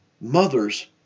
mother's